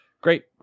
Great